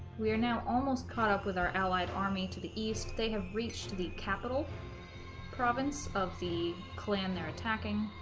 we are now almost caught up with our allied army to the east they have reached the capital province of the clan they're attacking